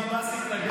מנסור עבאס התנגד.